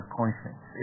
conscience